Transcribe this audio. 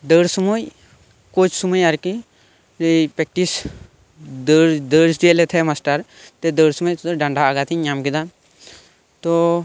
ᱫᱟᱹᱲ ᱥᱩᱢᱟᱹᱭ ᱠᱳᱪ ᱥᱩᱢᱟᱹᱭ ᱟᱨ ᱠᱤ ᱮᱭ ᱯᱮᱠᱴᱤᱥ ᱫᱟᱹᱲ ᱫᱟᱹᱲ ᱚᱪᱚᱭᱮᱫ ᱞᱮ ᱛᱟᱦᱮᱸᱫ ᱮ ᱢᱟᱥᱴᱟᱨ ᱛᱚ ᱫᱟᱹᱲ ᱥᱩᱢᱟᱹᱭ ᱰᱟᱸᱰᱟ ᱟᱜᱷᱟᱛ ᱤᱧ ᱧᱟᱢ ᱠᱮᱫᱟ ᱛᱚ